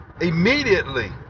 immediately